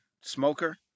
smoker